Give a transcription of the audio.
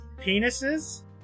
penises